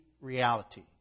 reality